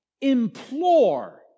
implore